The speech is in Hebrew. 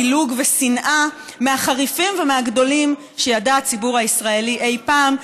פילוג ושנאה מהחריפים ומהגדולים שידע הציבור הישראלי אי-פעם.